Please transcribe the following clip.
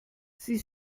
sie